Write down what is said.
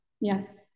yes